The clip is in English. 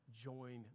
join